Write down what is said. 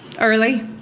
Early